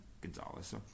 Gonzalez